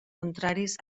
contraris